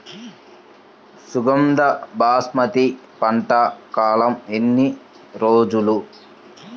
సుగంధ బాస్మతి పంట కాలం ఎన్ని రోజులు?